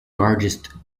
largest